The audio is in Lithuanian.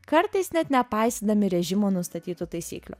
kartais net nepaisydami režimo nustatytų taisyklių